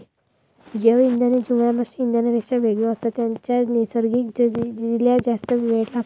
जैवइंधन हे जीवाश्म इंधनांपेक्षा वेगळे असतात ज्यांना नैसर्गिक रित्या जास्त वेळ लागतो